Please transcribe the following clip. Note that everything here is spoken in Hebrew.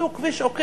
עשו כביש עוקף,